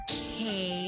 Okay